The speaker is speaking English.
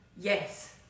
Yes